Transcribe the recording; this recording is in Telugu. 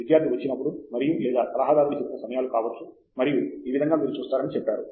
విద్యార్థి వచ్చినప్పుడు మరియులేదా సలహాదారు చెప్పిన సమయాలు కావచ్చు మరియు ఈ విధంగా మీరు చూస్తారని చెప్పారు